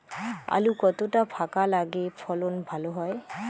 আলু কতটা ফাঁকা লাগে ভালো ফলন হয়?